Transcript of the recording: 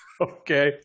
Okay